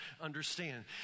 understand